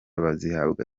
bazihabwa